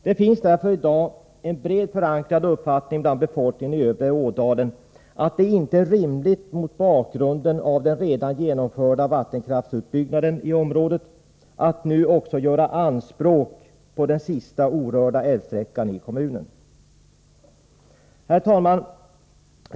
Det finns en brett förankrad uppfattning bland befolkningen i övre Ådalen att det inte är rimligt, mot bakgrund av den redan genomförda vattenkraftsutbyggnaden i området, att nu också göra anspråk på den sista orörda älvsträckan i kommunen. Herr talman!